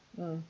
mm